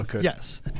Yes